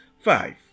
five